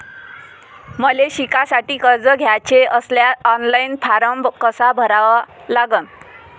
मले शिकासाठी कर्ज घ्याचे असल्यास ऑनलाईन फारम कसा भरा लागन?